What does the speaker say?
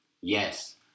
Yes